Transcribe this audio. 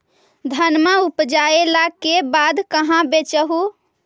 धनमा उपजाईला के बाद कहाँ बेच हू?